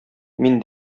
мин